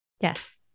Yes